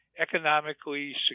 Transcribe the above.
economically